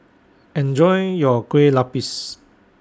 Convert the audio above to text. Enjoy your Kueh Lapis